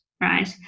right